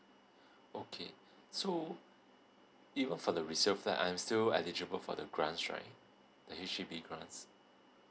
okay so it will for the resale flat I am still eligible for the grants right the H_D_B grants